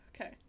Okay